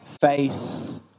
face